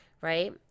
right